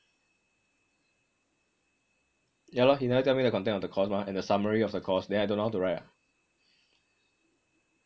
yah lor he never tell me the content of the course mah and the summary of the course then I don't know how to write [what]